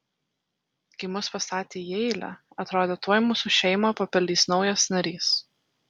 kai mus pastatė į eilę atrodė tuoj mūsų šeimą papildys naujas narys